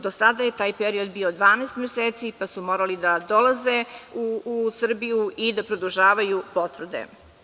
Do sada je taj period bio 12 meseci, pa su morali da dolaze u Srbiju i da produžavaju potvrde.